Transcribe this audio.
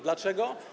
Dlaczego?